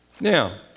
Now